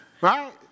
right